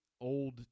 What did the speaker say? old